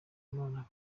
imana